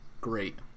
Great